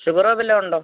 ഷുഗറോ വല്ലതുമുണ്ടോ